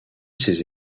ses